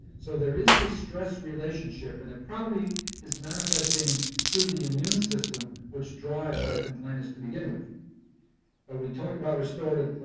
so there is the stress relationship and it probably is manifesting through the immune system which drives lichen planus to begin with ah we talked about restorative